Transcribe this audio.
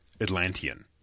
Atlantean